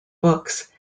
books